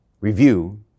review